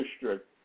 district